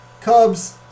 Cubs